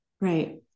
Right